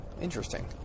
Interesting